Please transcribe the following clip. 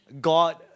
God